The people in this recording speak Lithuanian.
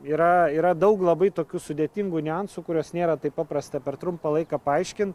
yra yra daug labai tokių sudėtingų niuansų kuriuos nėra taip paprasta per trumpą laiką paaiškint